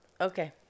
Okay